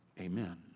Amen